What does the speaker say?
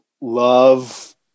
love